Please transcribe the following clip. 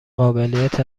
قابلیت